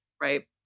right